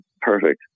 perfect